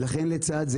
ולכן לצד זה,